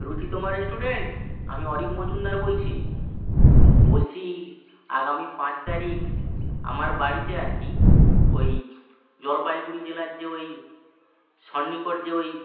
রুচিতম restaurant আমি অরিক মজুমদার বলছি বলছি আগামী পাঁচ তারিখ আমার বাড়িতে আর কি ঐ জলপাইগুড়ি জেলার যে ঐ সন্নিকট যে ঐ